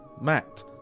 Matt